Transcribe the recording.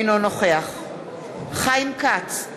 אינו נוכח חיים כץ,